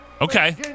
okay